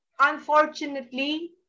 unfortunately